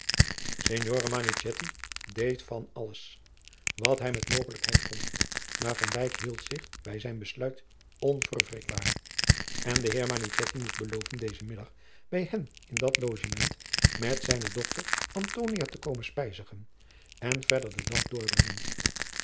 manichetti deed wal alles wat hij met mogelijkheid kon maar van dijk hield zich bij zijn besluit onverwrikbaar en de heer manichetti moest beloven dezen middag bij hen in dat logement met zijne dochter antonia te komen spijzigen en verder den dag doorbrengen